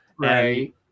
right